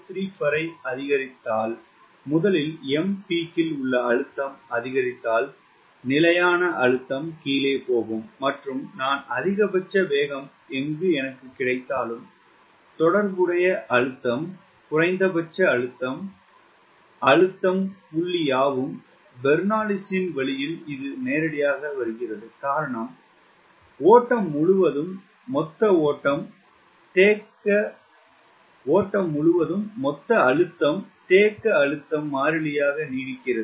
435 வரை அதிகரிப்பதால் முதலில் Mpeak இல் உள்ள அழுத்தம் அதிகரித்தால் நிலையான அழுத்தம் கீழே போகும் மற்றும் நான் அதிகபட்ச வேகம் எங்கு எனக்கு கிடைத்தாலும் தொடர்புடைய அழுத்தம் குறைந்தபட்ச அழுத்தம் அழுத்தம் புள்ளி யாவும் பெர்னலியின் வழியில் இது நேரடியாக வருகிறது காரணம் ஓட்டம் முழுவதும் மொத்த அழுத்தம் தேக்க அழுத்தம் மாறிலியாக நீடிக்கிறது